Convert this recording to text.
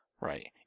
Right